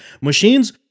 machines